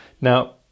Now